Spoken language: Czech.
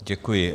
Děkuji.